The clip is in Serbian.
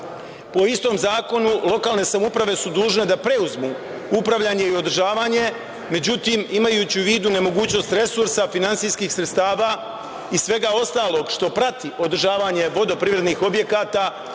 istom zakonu lokalne samouprave su dužne da preuzmu upravljanje i održavanje, međutim, imajući u vidu nemogućnost resursa finansijskih sredstava i svega ostalog što prati održavanje vodoprivrednih objekata,